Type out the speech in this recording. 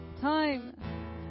time